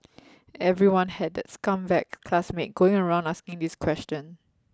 everyone had that scumbag classmate going around asking this question